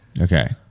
Okay